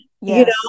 Yes